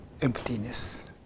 emptiness